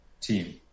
team